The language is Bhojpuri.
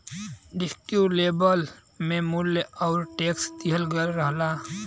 डिस्क्रिप्टिव लेबल में मूल्य आउर टैक्स दिहल गयल रहला